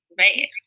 right